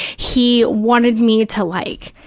he wanted me to like